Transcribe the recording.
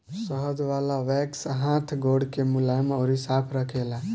शहद वाला वैक्स हाथ गोड़ के मुलायम अउरी साफ़ रखेला